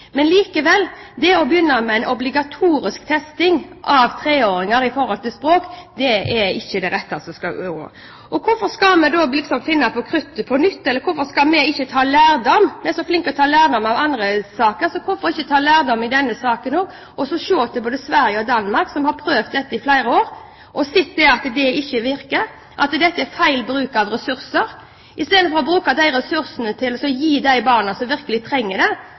Men likevel, å begynne med en obligatorisk testing av treåringer når det gjelder språk, er ikke det rette. Hvorfor skal vi finne opp kruttet på nytt, eller hvorfor skal vi ikke ta lærdom i denne saken også – vi er så flinke til å ta lærdom av andre saker – og se til både Sverige og Danmark, som har prøvd dette i flere år og sett at det ikke virker, at dette er feil bruk av ressurser. I stedet bør en bruke ressursene på de barna som virkelig trenger det,